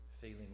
feeling